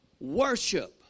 worship